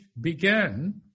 began